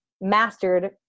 mastered